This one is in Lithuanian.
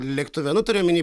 lėktuve nu turiu omeny